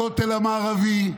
לכותל המערבי,